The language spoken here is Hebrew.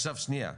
שנייה.